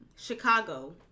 Chicago